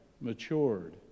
matured